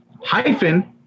hyphen